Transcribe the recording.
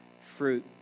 fruit